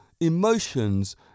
emotions